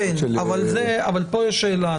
כאן יש שאלה.